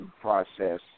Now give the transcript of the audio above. process